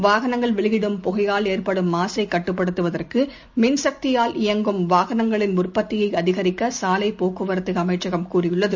வாகனங்கள் வெளியிடும் புகையால் ஏற்படும் மாசைக் கட்டுப்படுத்துவதற்குமின்சக்தியால் இயங்கும் வாகனங்களின் உற்பத்தியைஅதிகரிக்கசாலைப் போக்குவரத்துஅமைச்சகம் கூறியுள்ளது